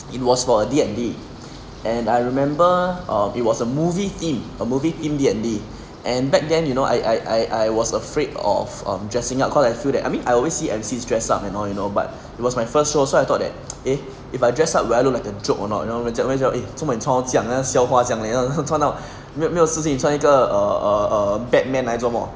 it was for a D_N_D and I remember um it was a movie theme a movie themed D_N_D and back then you know I I I was afraid of of dressing up cause I feel that I mean I always see emcees dress up and all you know but it was my first show so I thought that eh if I dress up will I look like a joke or not you know 人家会讲 eh 你做么穿到将好像笑话那样很穿到没没有事情你穿到一个 err err err batman 来做莫